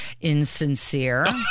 insincere